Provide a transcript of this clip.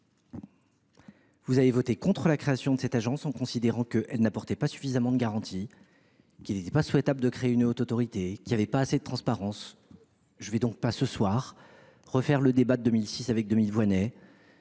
Vous avez voté contre la création de cette agence, en considérant qu’elle n’apportait pas suffisamment de garanties, qu’il n’était pas souhaitable de créer une haute autorité et que la transparence était insuffisante. Je ne vais donc pas, ce soir, refaire le débat de 2006, article par